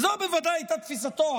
זו בוודאי הייתה תפיסתו,